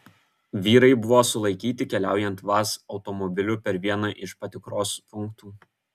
vyrai buvo sulaikyti keliaujant vaz automobiliu per vieną iš patikros punktų